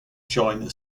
join